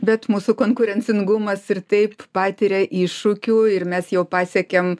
bet mūsų konkurencingumas ir taip patiria iššūkių ir mes jau pasiekėm